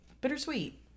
Bittersweet